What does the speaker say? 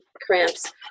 cramps